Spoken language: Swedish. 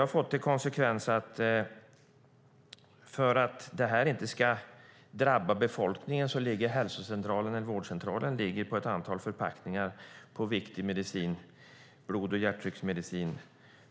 För att det inte ska drabba befolkningen utan patienterna ska få sin medicin har det fått till konsekvens att vårdcentralen ligger på ett antal förpackningar med viktig medicin, blodtrycks och hjärtmedicin.